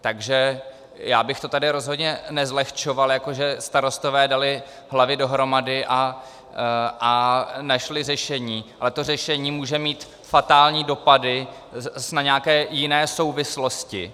Takže já bych to tady rozhodně nezlehčoval, jako že starostové dali hlavy dohromady a našli řešení, ale to řešení může mít fatální dopady zase na nějaké jiné souvislosti.